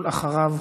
ואחריו,